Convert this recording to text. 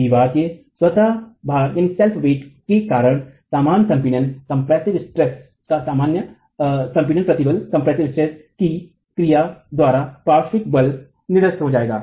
दीवारके स्वतः भार के कारण समान संपीडन प्रतिबल की क्रिया द्वारा पार्श्विक बल निरस्त होगा